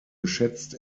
geschätzt